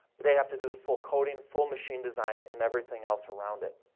they have to do the full coding, full machine design, and everything else around it.